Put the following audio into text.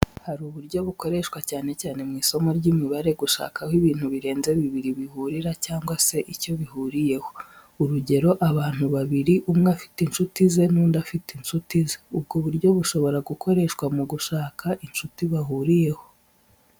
Hari uburyo bukoreshwa cyane cyane mu isomo ry'imibare, gushaka aho ibintu birenze bibiri bihurira cyangwa se icyo bihuriyeho. Urugero, abantu babiri, umwe afite inshuti ze n'undi afite inshuti ze, ubwo buryo bushobora gukoreshwa mu gushaka inshuti bahuriyeho.